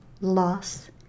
loss